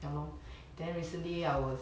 ya lor then recently I was